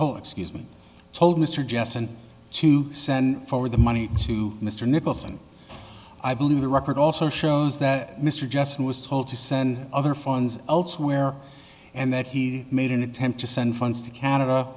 home excuse me told mr jesson to send forward the money to mr nichols and i believe the record also shows that mr jesson was told to send other funds elsewhere and that he made an attempt to send funds to canada